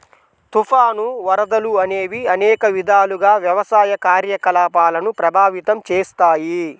తుఫాను, వరదలు అనేవి అనేక విధాలుగా వ్యవసాయ కార్యకలాపాలను ప్రభావితం చేస్తాయి